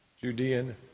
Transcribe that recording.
Judean